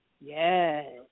yes